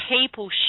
people